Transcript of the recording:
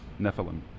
Nephilim